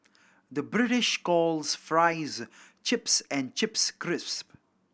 the British calls fries chips and chips crisps